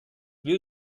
will